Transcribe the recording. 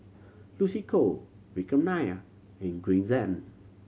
Lucy Koh Vikram Nair and Green Zeng